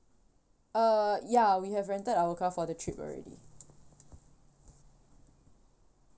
uh ya we have rented our car for the trip already